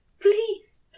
please